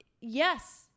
yes